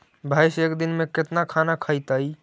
भैंस एक दिन में केतना खाना खैतई?